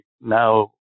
now